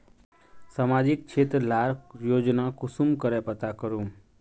सामाजिक क्षेत्र लार योजना कुंसम करे पता करूम?